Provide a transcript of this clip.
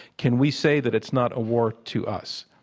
can we say that it's not a war to us?